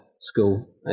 school